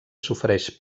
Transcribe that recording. sofreix